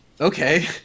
okay